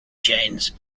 chains